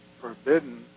forbidden